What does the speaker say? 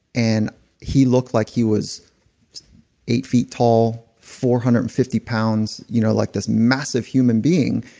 and he looked like he was eight feet tall, four hundred and fifty lbs, you know like this massive human being.